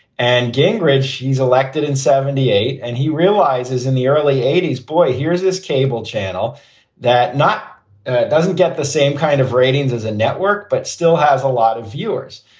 and gingrich, he's elected in seventy eight and he realizes in the early eighty s, boy, here's this cable channel that not it doesn't get the same kind of ratings as a network, but still has a lot of viewers.